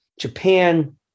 Japan